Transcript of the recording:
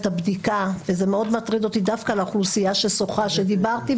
אותי מטריד מאוד דווקא המצב עם האוכלוסייה שדיברתי עליה.